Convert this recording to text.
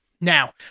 Now